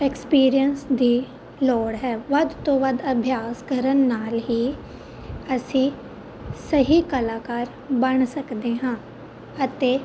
experience ਦੀ ਲੋੜ ਹੈ ਵੱਧ ਤੋਂ ਵੱਧ ਅਭਿਆਸ ਕਰਨ ਨਾਲ ਹੀ ਅਸੀਂ ਸਹੀ ਕਲਾਕਾਰ ਬਣ ਸਕਦੇ ਹਾਂ ਅਤੇ